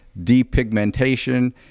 depigmentation